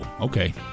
okay